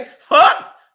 fuck